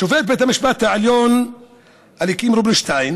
שופט בית המשפט העליון אליקים רובינשטיין